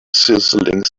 sizzling